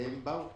והם באו.